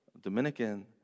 Dominican